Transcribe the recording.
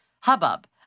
hubbub